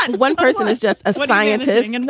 and one person is just a scientist and and